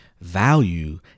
Value